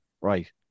right